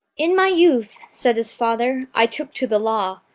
in my youth said his father, i took to the law,